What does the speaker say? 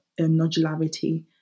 nodularity